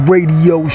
Radio